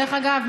דרך אגב,